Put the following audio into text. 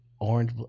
orange